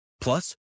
Plus